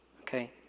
okay